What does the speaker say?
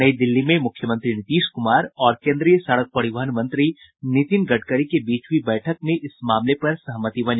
नई दिल्ली में मुख्यमंत्री नीतीश कुमार और केन्द्रीय सड़क परिवहन मंत्री नितिन गडकरी के बीच हुई बैठक में इस मामले पर सहमति बनी